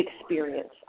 experience